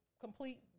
complete